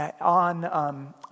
on